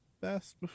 best